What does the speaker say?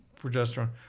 progesterone